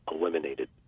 eliminated